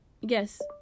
Yes